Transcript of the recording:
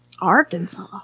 Arkansas